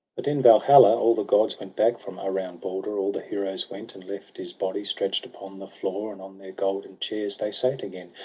but in valhalla all the gods went back from around balder, all the heroes went and left his body stretch'd upon the floor. and on their golden chairs they sate again.